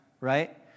right